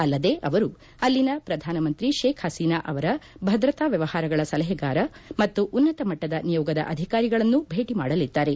ಅಲ್ಲದೆ ಅವರು ಅಲ್ಲಿನ ಪ್ರಧಾನ ಮಂತ್ರಿ ಶೇಖ್ ಹಸೀನಾ ಅವರ ಭದ್ರತಾ ವ್ಯವಹಾರಗಳ ಸಲಹೆಗಾರ ಮತ್ತು ಉನ್ನತ ಮಟ್ಟದ ನಿಯೋಗದ ಅಧಿಕಾರಿಗಳನ್ನೂ ಭೇಟಿ ಮಾಡಲಿದ್ದಾರೆ